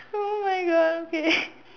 oh my God okay